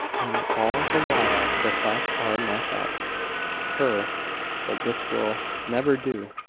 and all the while her thoughts are my thoughts her. but this will never do.